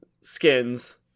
Skins